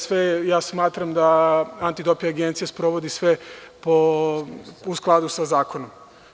Smatram da Antidoping agencija sprovodi sve u skladu sa zakonom.